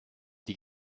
die